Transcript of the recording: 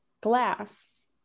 glass